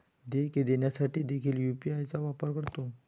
देयके देण्यासाठी देखील यू.पी.आय चा वापर करतो